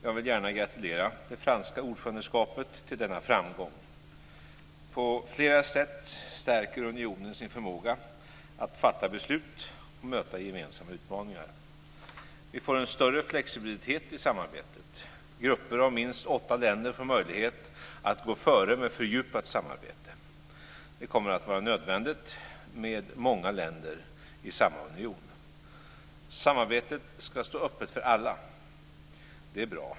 Jag vill gärna gratulera ordförandelandet Frankrike till denna framgång. På flera sätt stärker unionen sin förmåga att fatta beslut och möta gemensamma utmaningar. Vi får en större flexibilitet i samarbetet. Grupper om minst åtta länder får möjlighet att gå före med ett fördjupat samarbete. Det kommer att vara nödvändigt med många länder i samma union. Samarbetet ska stå öppet för alla. Det är bra.